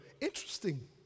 interesting